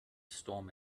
storm